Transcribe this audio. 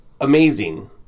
amazing